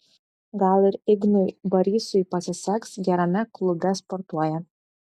gal ir ignui barysui pasiseks gerame klube sportuoja